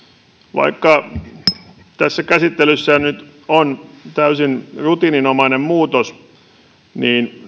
vaikka tässä käsittelyssä nyt on täysin rutiininomainen muutos niin